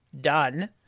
done